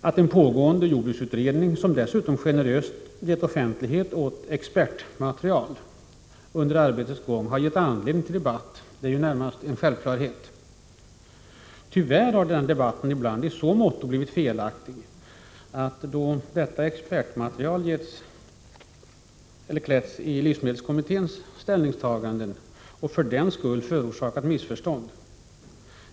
Att en pågående jordbruksutredning, som dessutom generöst gett offentlighet åt expertmaterial under arbetets gång, har gett anledning till debatt, är närmast en självklarhet. Tyvärr har debatten ibland blivit felaktig då detta expertmaterial gjorts till livsmedelskommitténs ställningstaganden och för den skull förorsakat missförstånd.